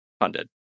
funded